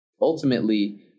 ultimately